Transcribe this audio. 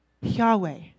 Yahweh